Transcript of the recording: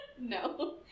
No